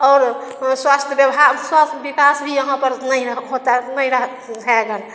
और स्वास्थ व्यवहा स्वास्थ बिकास वी यहाँ पर नइ होता है नइ रह है अगर